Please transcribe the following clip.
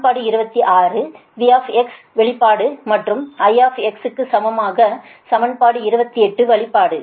சமன்பாடு 26 V க்கு வெளிப்பாடு மற்றும் I க்கு சமன்பாடு 28 வெளிப்பாடு